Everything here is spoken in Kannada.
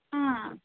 ಹಾಂ